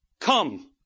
come